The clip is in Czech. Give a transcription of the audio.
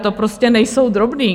To prostě nejsou drobné.